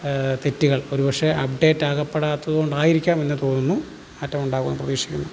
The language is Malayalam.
തെറ്റുകൾ ഒരുപക്ഷെ അപ്ഡേറ്റ് ആകപ്പെടാത്തതു കൊണ്ടായിരിക്കാം എന്ന് തോന്നുന്നു മാറ്റം ഉണ്ടാകുമെന്ന് പ്രതീക്ഷിക്കുന്നു